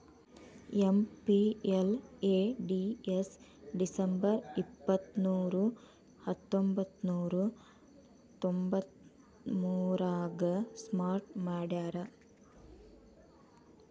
MPLADS December ಇಪ್ಪತ್ಮೂರು ಹತ್ತೊಂಬಂತ್ತನೂರ ತೊಂಬತ್ತಮೂರಾಗ ಸ್ಟಾರ್ಟ್ ಮಾಡ್ಯಾರ